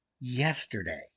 yesterday